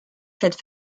fêtes